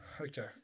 Okay